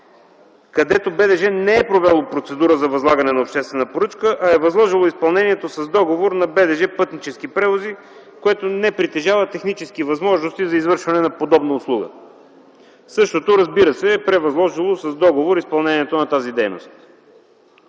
където БДЖ не е провело процедура за възлагане на обществена поръчка, а е възложила изпълнението с договор на „БДЖ – Пътнически превози”, което не притежава технически възможности за извършване на подобна услуга. Същото, разбира се, е превъзложило с договор изпълнението на тази дейност.